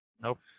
Nope